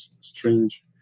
strange